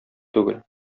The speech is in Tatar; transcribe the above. түгел